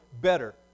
better